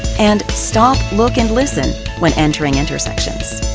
and stop, look and listen when entering intersections.